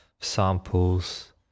samples